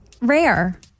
rare